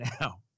Now